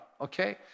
okay